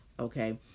Okay